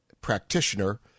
practitioner